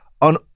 on